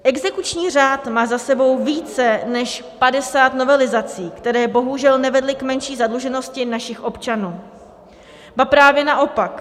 Exekuční řád má za sebou více než 50 novelizací, které bohužel nevedly k menší zadluženosti našich občanů, ba právě naopak.